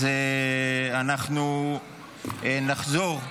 אז אנחנו נחזור,